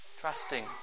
Trusting